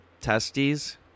testes